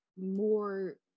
more